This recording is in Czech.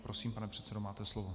Prosím, pane předsedo, máte slovo.